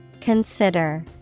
consider